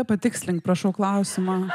patikslink prašau klausimą